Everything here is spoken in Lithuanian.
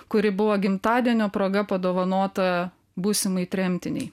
kuri buvo gimtadienio proga padovanota būsimai tremtinei